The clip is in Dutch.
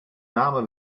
name